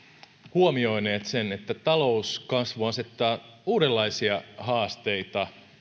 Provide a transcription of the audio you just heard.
huomioineet sen että talouskasvu asettaa uudenlaisia haasteita